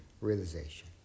realization